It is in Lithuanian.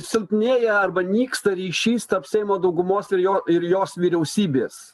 silpnėja arba nyksta ryšys tarp seimo daugumos ir jo ir jos vyriausybės